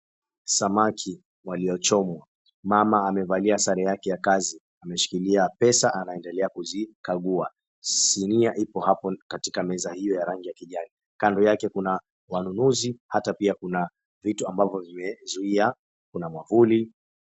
Samaki waliochomwa, mama amevalia sare yake ya kazi, ameshikilia pesa anaendelea kuzikagua. Sinia ipo hapo katika meza hiyo ya rangi ya kijani. Kando yake kuna wanunuzi, hata pia kuna vitu ambavyo vimezuia kuna mwavuli.